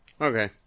Okay